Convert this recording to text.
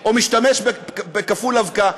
או משתמש בכפול אבקה.